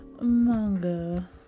manga